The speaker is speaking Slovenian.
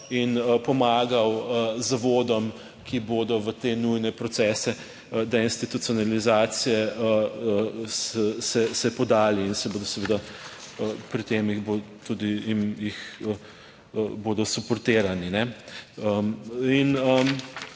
in pomagal zavodom, ki se bodo v te nujne procese deinstitucionalizacije podali in bodo seveda pri tem suportirani.